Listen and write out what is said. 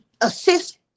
assist